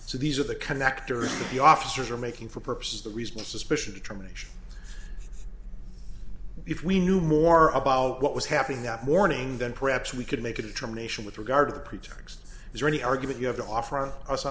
so these are the connectors the officers are making for purposes the reason suspicion determination if we knew more about what was happening that morning then perhaps we could make a determination with regard to the preacher there any argument you have to offer us on